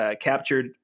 captured